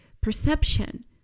perception